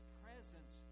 presence